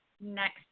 next